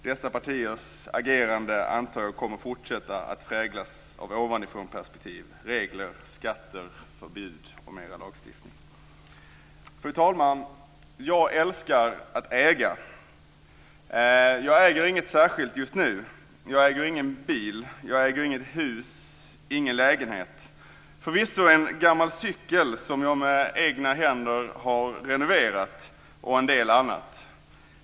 Dessa partiers agerande antar jag kommer att fortsätta att präglas av ovanifrånperspektiv, regler, skatter, förbud och mera lagstiftning. Fru talman! Jag älskar att äga. Jag äger inget särskilt just nu. Jag äger ingen bil. Jag äger inget hus, ingen lägenhet. Förvisso en gammal cykel, som jag med egna händer har renoverat, och en del annat.